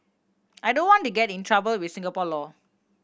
I don't want to get in trouble with Singapore law